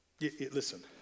Listen